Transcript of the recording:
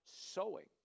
sowing